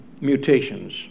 mutations